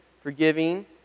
forgiving